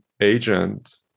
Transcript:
agent